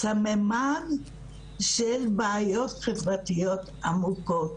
סממן של בעיות חברתיות עמוקות.